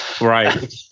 Right